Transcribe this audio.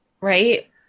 right